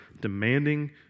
demanding